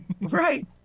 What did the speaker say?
Right